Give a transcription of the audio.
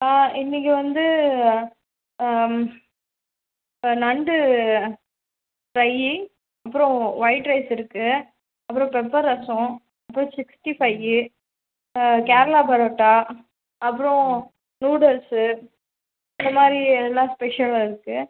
இன்னைக்கு வந்து ம் இப்போ நண்டு ஃப்ரையி அப்புறம் ஒயிட் ரைஸ் இருக்கு அப்புறம் பெப்பர் ரசம் அப்புறம் சிக்ஸ்ட்டி ஃபையி கேரளா பரோட்டா அப்புறம் நூடுல்ஸு இந்த மாதிரி எல்லா ஸ்பெஷலும் இருக்குது